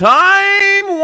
time